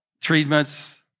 treatments